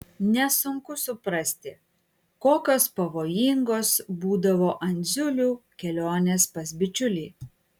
nesunku suprasti kokios pavojingos būdavo andziulių kelionės pas bičiulį